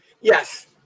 Yes